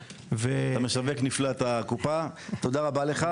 אתה משווק נפלא את הקופה, תודה רבה לכך.